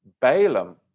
Balaam